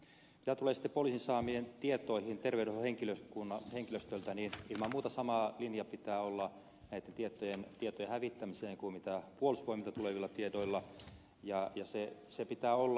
mitä tulee sitten poliisin saamiin tietoihin terveydenhoitohenkilöstöltä niin ilman muuta sama linja pitää olla näitten tietojen hävittämiseen kuin puolustusvoimilta tulevien tietojen se pitää olla